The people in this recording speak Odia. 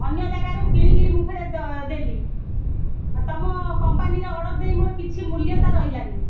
ଅନ୍ୟ ଜାଗାରୁ କିଣିକରି ମୁଁ ଫେରେ ଦେଲି ତମ କମ୍ପାନୀର ଅର୍ଡ଼ର୍ ଦେଇ ମୋର କିଛି ମୂଲ୍ୟତା ରହିଲାନି